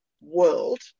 world